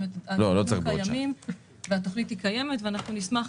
הנתונים קיימת והתוכנית קיימת ואנחנו נשמח